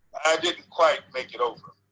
i didn't quite make it over.